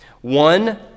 One